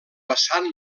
vessant